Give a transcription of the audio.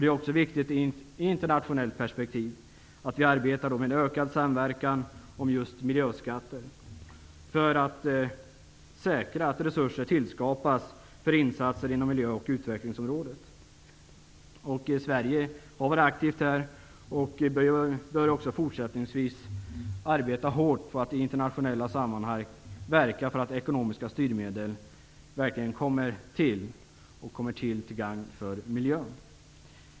Det är viktigt att vi i internationellt perspektiv arbetar för ökad samverkan om just miljöskatter för att säkra att resurser tillskapas för insatser inom miljö och utvecklingsområdet. Sverige har arbetat aktivt och bör också fortsättningsvis arbeta hårt i internationella sammanhang för att ekonomiska styrmedel verkligen kommer till gagn för miljön.